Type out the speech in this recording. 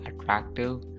attractive